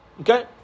Okay